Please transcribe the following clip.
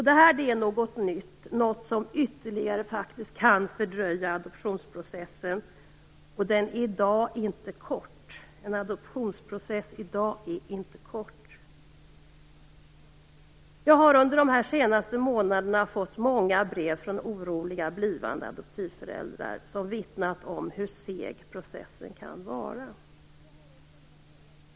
Detta är någonting nytt och något som ytterligare kan fördröja adoptionsprocessen, och den är i dag inte kort. Jag har under de senaste månaderna fått många brev från oroliga blivande adoptivföräldrar som vittnat om hur seg processen kan vara.